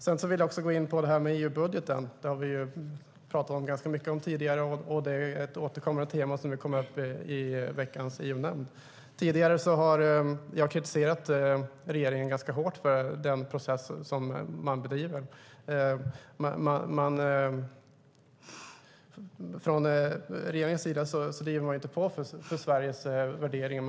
Jag vill även ta upp EU-budgeten. Den har vi talat ganska mycket om tidigare. Det är ett återkommande tema och kommer också upp i veckans EU-nämnd. Tidigare har jag kritiserat regeringen ganska hårt för den process som bedrivs. Från regeringens sida driver man inte på Sveriges värderingar.